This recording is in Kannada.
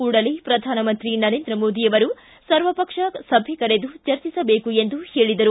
ಕೂಡಲೇ ಪ್ರಧಾನಮಂತ್ರಿ ನರೇಂದ್ರ ಮೋದಿ ಅವರು ಸರ್ವಪಕ್ಷ ಸಭೆ ಕರೆದು ಚರ್ಚಿಸಬೇಕು ಎಂದರು